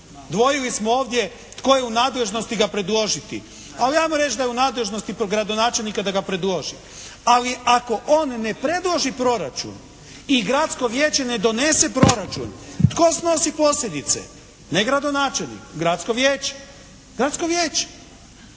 dvojili smo ovdje tko je u nadležnosti ga predložiti, ali 'ajmo reći da je u nadležnosti progradonačelnika da ga predloži, ali ako on ne predloži proračun i gradsko vijeće ne donese proračun, tko snosi posljedice? Ne gradonačelnik, gradsko vijeće.